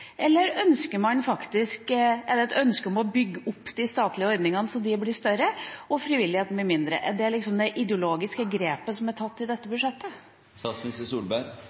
eller er det et ønske om å bygge opp de statlige ordningene, slik at de blir større og frivilligheten blir mindre? Er det det ideologiske grepet som er tatt i dette budsjettet?